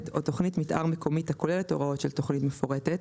או תוכנית מיתאר מקומית הכוללת הוראות של תוכנית מפורטת,